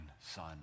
Son